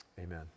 Amen